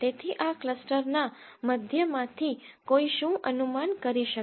તેથી આ ક્લસ્ટરના મધ્ય માંથી કોઈ શું અનુમાન કરી શકે